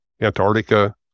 Antarctica